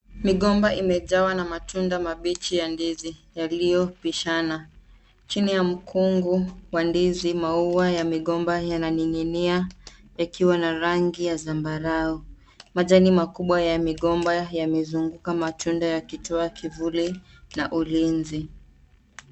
Migomba imejawa na matunda mabichi ya ndizi yaliyopishana. Chini ya mkungu wa ndizi maua ya migomba yananing'inia yakiwa na rangi ya zambarau. Majani makubwa ya migomba yamezunguka matunda yakitoa kivuli na ulinzi.